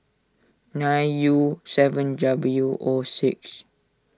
nine U seven W O six